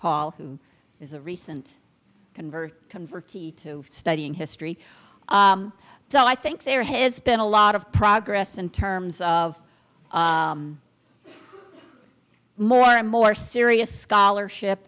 paul who is a recent convert convert to studying history so i think there has been a lot of progress in terms of more and more serious scholarship